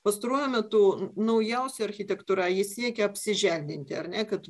pastaruoju metu naujausia architektūra ji siekia apsiželdinti ar ne kad